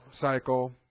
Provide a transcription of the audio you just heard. cycle